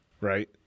right